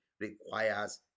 requires